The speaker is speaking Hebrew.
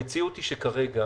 המציאות היא שכרגע